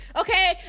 Okay